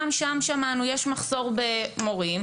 גם שם שמענו שיש מחסור במורים,